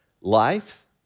life